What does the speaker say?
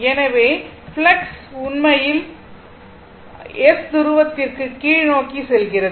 எனவே ஃப்ளக்ஸ் உண்மையில் N முதல் S துருவத்திற்கு கீழ்நோக்கி செல்கிறது